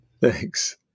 Thanks